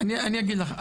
אני אגיד לך,